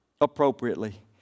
appropriately